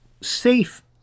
safe